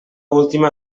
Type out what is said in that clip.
última